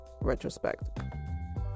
retrospect